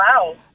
wow